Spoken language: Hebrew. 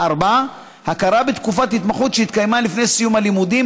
4. הכרה בתקופת התמחות שהתקיימה לפני סיום הלימודים,